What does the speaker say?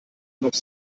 noch